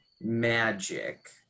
magic